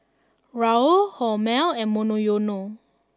Raoul Hormel and Monoyono